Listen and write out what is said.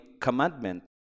commandment